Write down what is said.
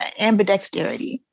ambidexterity